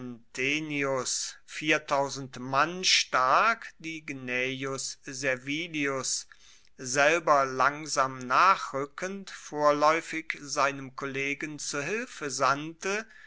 centenius mann stark die gnaeus servilius selber langsam nachrueckend vorlaeufig seinem kollegen zu hilfe sandte